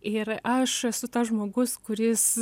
ir aš esu tas žmogus kuris